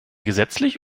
gesetzlich